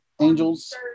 Angels